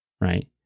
Right